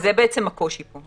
וזה בעצם הקושי פה.